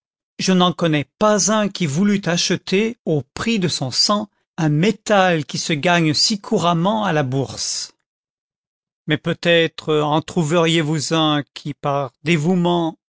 je n'en connais pas un qui voulût acheter au prix de son sang un métal qui se gagne si couramment à la bourse content from google book search generated at mais peut-être en trouveriez vous un qui par dévouement